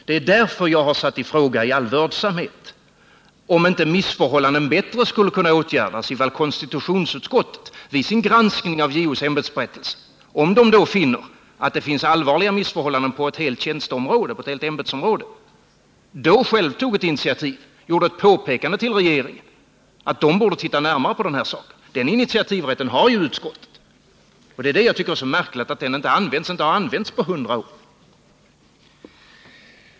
Det är därför jag har satt i fråga, i all vördsamhet, om inte missförhållanden bättre skulle kunna åtgärdas ifall konstitutionsutskottet vid sin granskning av JO:s ämbetsberättelse — om utskottet finner att det finns allvarliga missförhållanden på ett helt ämbetsområde — självt tog initiativ och gjorde ett påpekande til regeringen att den borde titta närmare på saken. Den initiativrätten har ju utskottet, och jag tycker att det är märkligt att den inte används och inte har använts på 100 år.